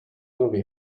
movie